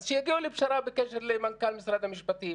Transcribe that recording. אז שיגיעו לפשרה בקשר למנכ"ל משרד המשפטים,